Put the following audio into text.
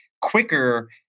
quicker